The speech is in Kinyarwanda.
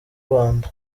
rwanda